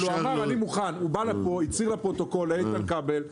הוא בא לפה, הצהיר לפרוטוקול, לאיתן כבל,